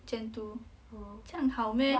gen two 这样好 meh